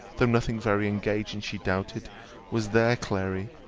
though nothing very engaging she doubted was there, clary